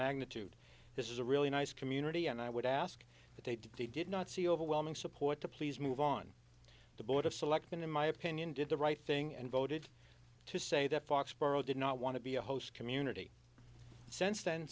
magnitude this is a really nice community and i would ask that they did not see overwhelming support to please move on the board of selectmen in my opinion did the right thing and voted to say that foxboro did not want to be a host community since then